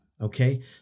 Okay